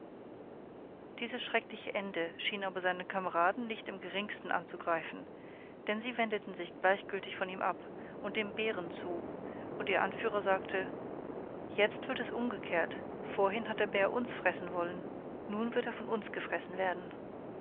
dieses schreckliche ende schien aber seine kameraden nicht im geringsten anzugreifen denn sie wendeten sich gleichgültig von ihm ab und dem bären zu und ihr anführer sagte jetzt wird es umgekehrt vorhin hat der bär uns fressen wollen nun wird er von uns gefressen werden